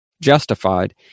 justified